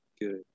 good